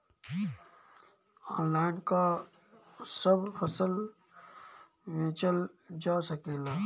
Online का सब फसल बेचल जा सकेला?